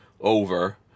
over